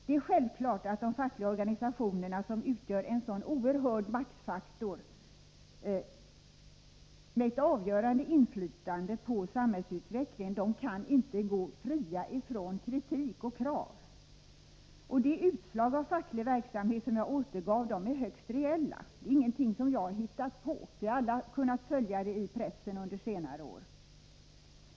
Det är självklart att de fackliga organisationerna, som utgör en sådan oerhörd maktfaktor och har ett avgörande inflytande över samhällsutvecklingen, inte kan gå fria från kritik och krav. Och de utslag av facklig verksamhet som jag återgav är högst reella — inte någonting som jag har hittat på. Vi har alla kunnat följa detta i pressen under senare år.